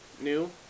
New